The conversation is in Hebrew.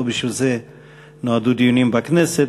לא בשביל זה נועדו דיונים בכנסת,